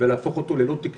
וכל מה שצריך להיות,